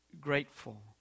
grateful